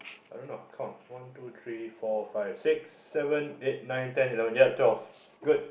I don't know count one two three four five six seven eight nine ten eleven ya twelve good